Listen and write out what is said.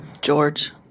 George